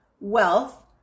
wealth